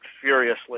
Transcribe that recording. furiously